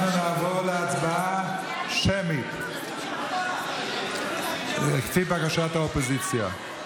אנחנו נעבור להצבעה שמית על פי בקשת האופוזיציה.